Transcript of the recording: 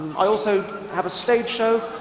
um i also have a stage show.